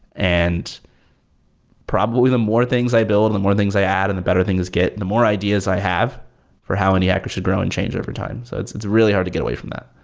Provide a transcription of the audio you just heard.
and probably the more things i build, the more things i add and the better things, get the more ideas i have for how indie hackers should grow and change overtime. so it's it's really hard to get away from that.